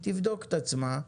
היא תבדוק את עצמה,